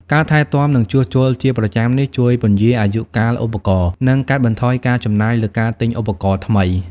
ការថែទាំ និងជួសជុលជាប្រចាំនេះ ជួយពន្យារអាយុកាលឧបករណ៍ និងកាត់បន្ថយការចំណាយលើការទិញឧបករណ៍ថ្មី។